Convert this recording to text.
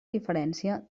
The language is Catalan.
diferència